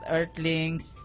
Earthlings